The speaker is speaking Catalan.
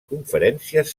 conferències